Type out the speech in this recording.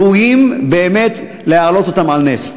ראוי באמת להעלות אותן על נס.